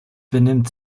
benimmt